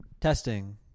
Testing